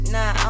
Nah